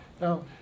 Now